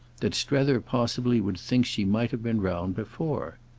that strether possibly would think she might have been round before.